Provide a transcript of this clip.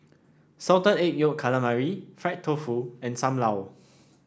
Salted Egg Yolk Calamari Fried Tofu and Sam Lau